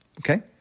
okay